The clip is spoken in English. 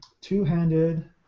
Two-handed